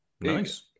Nice